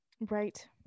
Right